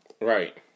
Right